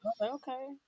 Okay